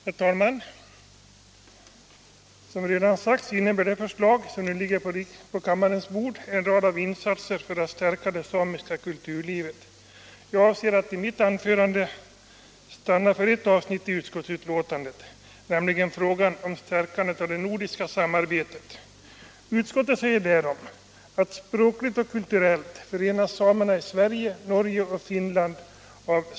Herr talman! Som redan sagts innebär det förslag som nu ligger på kammarens bord en rad av insatser för att stärka det samiska kulturlivet. Jag avser att här stanna för ett avsnitt i utskotltsutlåtandet, nämligen stärkandet av det nordiska samarbetet.